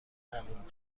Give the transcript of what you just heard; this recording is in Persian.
همین